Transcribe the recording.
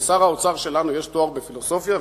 לשר האוצר שלנו יש תואר בפילוסופיה,